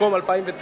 במקום 2009,